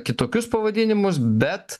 kitokius pavadinimus bet